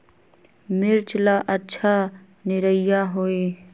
मिर्च ला अच्छा निरैया होई?